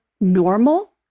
normal